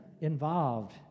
involved